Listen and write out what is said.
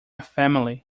family